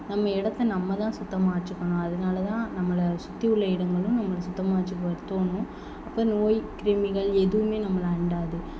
நம்ம இடத்த நம்ம தான் சுத்தமாக வச்சுக்கணும் அதனால தான் நம்மளை சுற்றியுள்ள இடங்களும் நம்ம சுத்தமாக வச்சுக்க தோணும் அப்போது நோய் கிருமிகள் எதுவுமே நம்மளை அண்டாது